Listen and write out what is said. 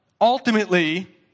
ultimately